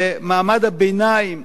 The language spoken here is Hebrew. ומעמד הביניים,